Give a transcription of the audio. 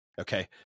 Okay